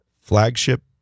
Flagship